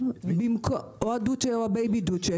או הדוצ'ה או הבייבי דוצ'ה.